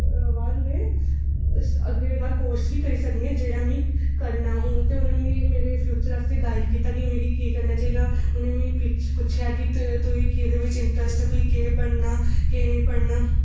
बाद में अग्गें दा कोर्स बी करी सकनी आं जेह्ड़ा में करना हून जेह्ड़ा में मेरे फ्यूचर आस्तै गाईड कीता ते मिगी की करना चाहिदा ते उ'नें मिगी पुच्छेआ कि तुगी केह्दे बिच इंटरैस्ट ऐ ते मिगी केह् पढ़ना केह् नेईं पढ़ना